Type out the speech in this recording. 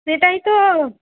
সেটাই তো